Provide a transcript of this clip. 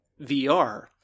VR